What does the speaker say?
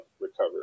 Recover